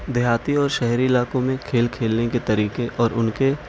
دیہاتی اور شہری علاقوں میں کھیل کھیلنے کے طریقے اور ان کے